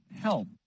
help